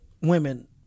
women